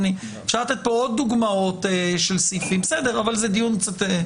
אפשר לתת כאן עוד דוגמאות של סעיפים אבל זה דיון אחר.